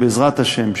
בעזרת השם,